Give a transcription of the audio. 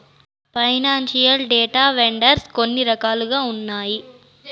financial data vendors కొన్ని రకాలుగా ఉన్నాయి